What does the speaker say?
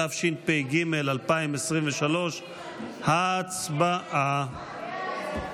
התשפ"ג 2023. הצבעה.